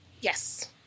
Yes